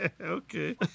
Okay